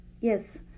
yes